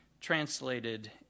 translated